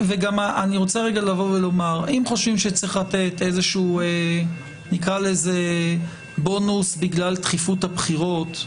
אם חושבים שצריך לתת איזשהו בונוס בגלל תכיפות הבחירות,